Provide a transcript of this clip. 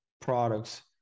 products